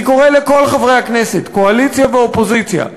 אני קורא לכל חברי הכנסת, קואליציה ואופוזיציה,